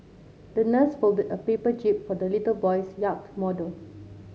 the nurse folded a paper jib for the little boy's yacht model